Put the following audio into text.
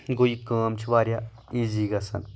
گوٚو یہِ کٲم چھِ واریاہ ایٖزی گژھان